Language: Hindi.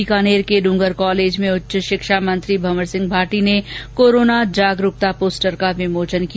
बीकानेर के डुंगर कॉलेज में उच्च शिक्षा मंत्री भंवर सिंह भाटी ने कोरोना जागरूकता पोस्टर का विमोचन किया